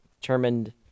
determined